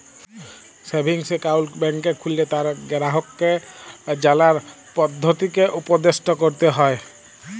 savings account ব্যাংকে খুললে তার গেরাহককে জালার পদধতিকে উপদেসট ক্যরতে হ্যয়